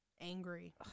angry